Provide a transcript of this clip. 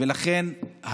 ולכן,